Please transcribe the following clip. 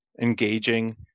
engaging